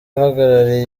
uhagarariye